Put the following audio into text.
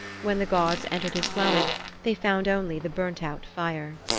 when the gods entered his dwelling they found only the burnt-out fire.